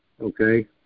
okay